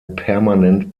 permanent